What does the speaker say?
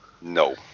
No